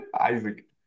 Isaac